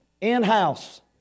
In-house